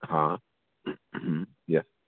हा यैस